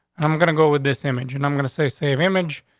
and i'm i'm gonna go with this image and i'm going to say save image.